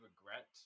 regret